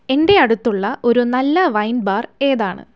എന്റെ അടുത്തുള്ള ഒരു നല്ല വൈൻ ബാർ ഏതാണ്